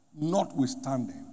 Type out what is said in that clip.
notwithstanding